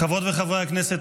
חברות וחברי הכנסת,